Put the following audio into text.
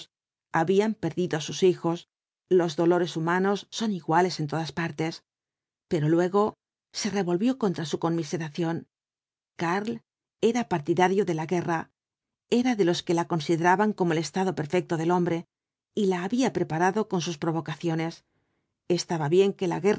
habían perdido á sus hijos los dolores humanos son iguales en todas partes pero luego se revolvió contra su conmiseración karl era partidario de la guerra era de los que la consideralos cuatro jinbths del apocalipsis ban como el estado perfecto del hombre y la había preparado con sus provocaciones estaba bien que la